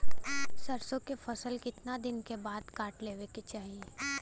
सरसो के फसल कितना दिन के बाद काट लेवे के चाही?